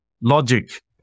logic